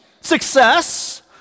Success